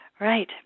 Right